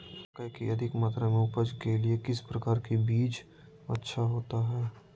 मकई की अधिक मात्रा में उपज के लिए किस प्रकार की बीज अच्छा होता है?